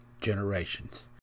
generations